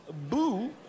Boo